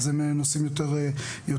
אז הם נוסעים יותר טוב.